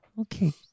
Okay